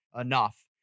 enough